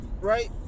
right